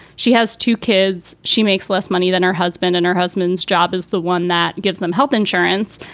she has two kids. she makes less money than her husband. and her husband's job is the one that gives them health insurance.